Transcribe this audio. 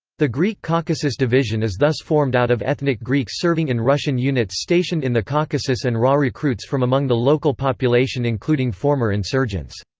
the greek caucasus division is thus formed out of ethnic greeks serving in russian units stationed in the caucasus and raw recruits from among the local population including former insurgents.